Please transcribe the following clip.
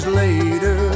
later